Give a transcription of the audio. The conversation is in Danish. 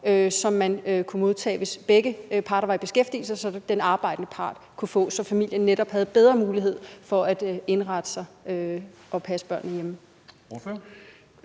som man kunne modtage, hvis begge parter var i beskæftigelse, og som den arbejdende part kunne få, så familien netop havde bedre mulighed for at indrette sig og passe børnene hjemme?